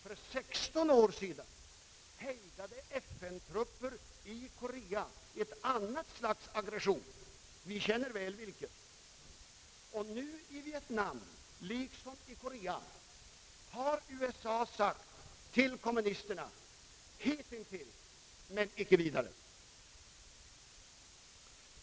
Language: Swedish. För 16 år sedan hejdade FN trupper i Korea ett annat slags aggression vi känner väl dess karaktär. Nu har USA i Vietnam liksom i Korea deklarerat för kommunisterna: Hitintill, men icke vidare!